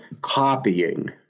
copying